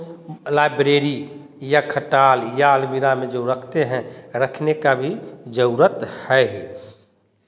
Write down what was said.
library या खटाल या अलमीरा में जो रखते हैं रखने का भी ज़रूरत है ही